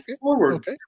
forward